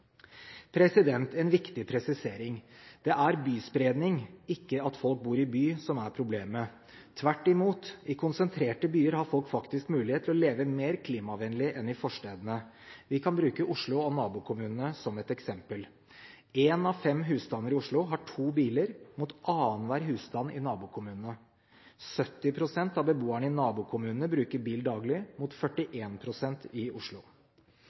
En viktig presisering: Det er byspredning, ikke at folk bor i by, som er problemet. Tvert imot: I konsentrerte byer har folk faktisk mulighet til å leve mer klimavennlig enn i forstedene. Vi kan bruke Oslo og nabokommunene som et eksempel: En av fem husstander i Oslo har to biler, mot annenhver husstand i nabokommunene, og 70 pst. av beboerne i nabokommunene bruker bil daglig, mot 41 pst. i Oslo.